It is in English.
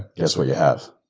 guess what you have?